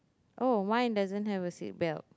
oh mine doesn't have a seat belt